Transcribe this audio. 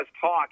talk